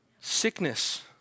Sickness